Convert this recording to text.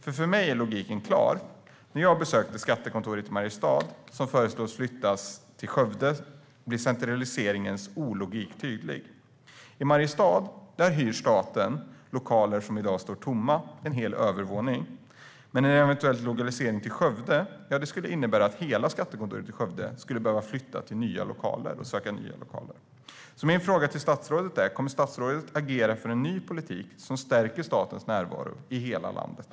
För mig är logiken nämligen klar. När jag besökte skattekontoret i Mariestad, som föreslås flyttas till Skövde, blev det ologiska i centraliseringen tydligt. I Mariestad hyr staten lokaler som i dag står tomma - en hel övervåning - medan en eventuell lokalisering till Skövde skulle innebära att hela skattekontoret i Skövde skulle behöva söka och flytta till nya lokaler. Min fråga till statsrådet är därför: Kommer statsrådet att agera för en ny politik som stärker statens närvaro i hela landet?